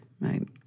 Right